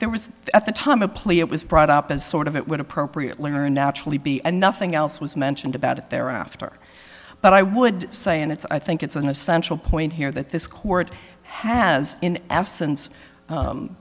there was at the time a plea it was brought up as sort of it would appropriate learned naturally be and nothing else was mentioned about it there after but i would say and it's i think it's an essential point here that this court has in essence